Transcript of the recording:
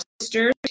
sisters